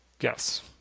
yes